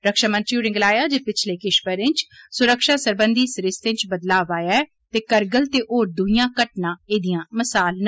रक्षामंत्री होरें गलाया जे पिदले किश ब'रें च सुरक्षा सरबंधी सरिस्ते च बदलाव आया ऐ ते कारगिल ते होर दुइयां घटना एह्दियां मसाल न